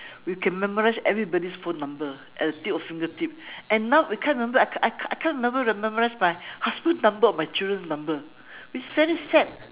we can memorize everybody's phone number at the tip of fingertip and now we can't remember I I I can't remember the memorize my husband number or my children number which is very sad